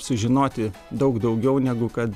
sužinoti daug daugiau negu kad